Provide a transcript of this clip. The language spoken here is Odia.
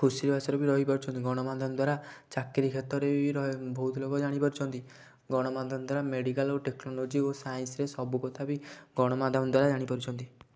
ଖୁସିବାସିରେ ବି ରହି ପାରୁଛନ୍ତି ଗଣାମାଧ୍ୟମ ଦ୍ଵାରା ଚାକିରି କ୍ଷେତ୍ରରେ ବି ବହୁତ ଲୋକ ଜାଣି ପାରୁଛନ୍ତି ଗଣାମାଧ୍ୟମ ଦ୍ଵାରା ମେଡିକାଲ ଓ ଟେକ୍ନୋଲୋଜି ଓ ସାଇନ୍ସରେ ସବୁ କଥା ବି ଗଣାମାଧ୍ୟମ ଦ୍ଵାରା ଜାଣି ପାରୁଛନ୍ତି